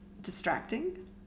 distracting